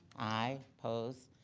aye. opposed?